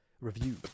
review